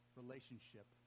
relationship